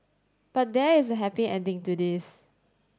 but there is a happy ending to this